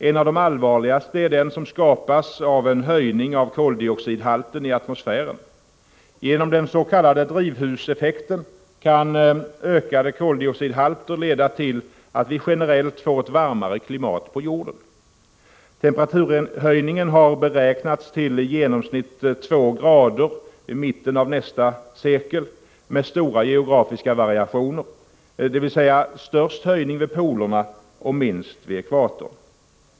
En av de allvarligaste är den som skapas av en höjning av koldioxidhalten i atmosfären. Genom den s.k. drivhuseffekten kan ökade koldioxidhalter leda till att vi generellt får ett varmare klimat på jorden. Temperaturhöjningen har beräknats till i genomsnitt två grader vid mitten av nästa sekel med stora geografiska variationer, dvs. störst höjning vid polerna och minst vid ekvatorn.